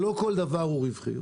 שלא כל דבר הוא רווחי.